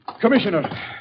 Commissioner